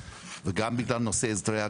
וגם בגלל נושא הסדרי הגבייה.